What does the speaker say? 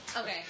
Okay